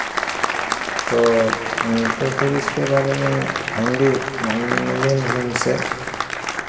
तो तो फिर इसके बारे में हम भी मिले नहीं उनसे